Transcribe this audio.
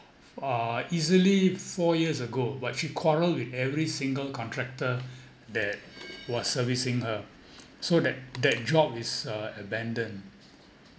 uh easily four years ago but she quarrel with every single contractor that was servicing her so that that job is uh abandoned